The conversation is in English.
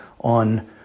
on